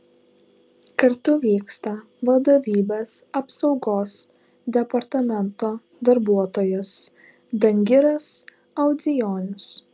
kartu vyksta vadovybės apsaugos departamento darbuotojas dangiras audzijonis